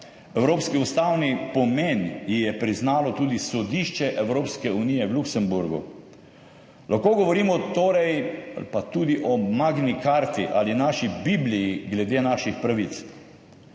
Evropski ustavni pomen ji je priznalo tudi Sodišče Evropske unije v Luksemburgu. Lahko govorimo torej ali pa tudi o magni carti ali naši bibliji glede naših pravic.